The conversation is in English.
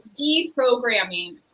deprogramming